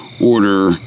order